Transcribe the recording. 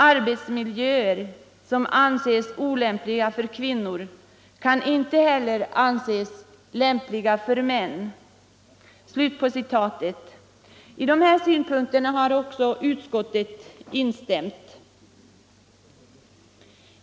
Arbetsmiljöer som anses olämpliga för kvinnor kan inte heller anses lämpliga för män.” I dessa synpunkter har även utskottet instämt.